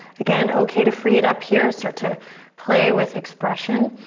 again, okay to free it up here. start to play with expression.